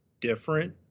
different